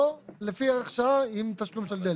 או לפי ערך שעה, עם תשלום של דלתא.